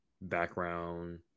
background